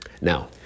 Now